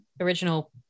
original